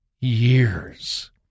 years